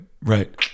Right